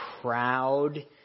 proud